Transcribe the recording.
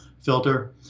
filter